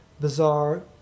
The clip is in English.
bizarre